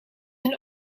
een